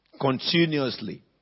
Continuously